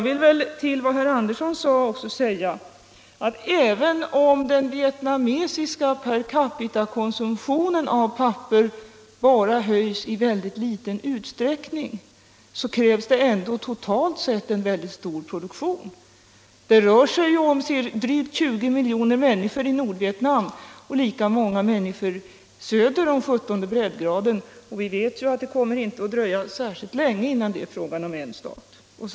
Till vad herr Andersson i Lycksele sade vill jag säga att även om den vietnamesiska konsumtionen av papper per capita bara höjs i liten utsträckning krävs det ändå totalt sett en oerhört stor produktion. Det rör sig om 20 miljoner människor i Nordvietnam och lika många människor söder om 17:e breddgraden — vi vet att det inte kommer att dröja särskilt länge innan det är fråga om en enda stat.